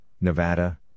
Nevada